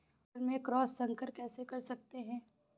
मटर में क्रॉस संकर कैसे कर सकते हैं?